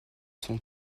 son